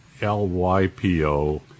L-Y-P-O